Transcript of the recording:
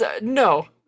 no